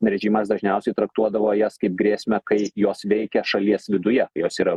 režimas dažniausiai traktuodavo jas kaip grėsmę kai jos veikia šalies viduje jos yra